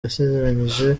yasezeranyije